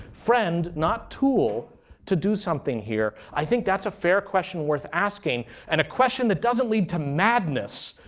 friend not tool to do something here? i think that's a fair question worth asking, and a question that doesn't lead to madness.